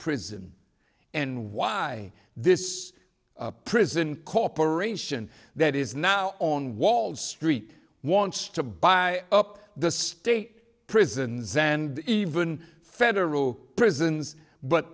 prison and why this prison corporation that is now on wall street wants to buy up the state prisons and even federal prisons but